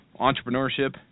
entrepreneurship